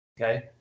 okay